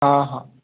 हा हा